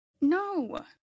No